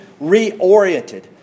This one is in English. reoriented